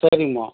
சரிங்கம்மா